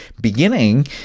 beginning